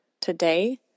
today